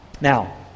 Now